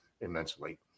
immensely